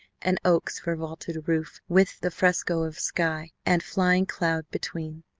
and oaks for vaulted roof with the fresco of sky and flying cloud between.